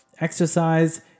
Exercise